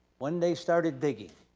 when they started digging,